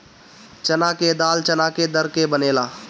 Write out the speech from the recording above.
चना के दाल चना के दर के बनेला